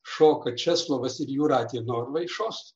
šoka česlovas ir jūratė norvaišos